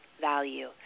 value